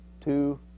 two